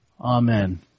Amen